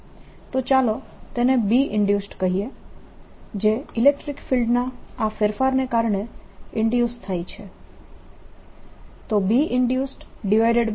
તો ચાલો તેને Binduced કહીએ જે ઇલેક્ટ્રીક ફિલ્ડના આ ફેરફારને કારણે ઈન્ડયુસ થાય છે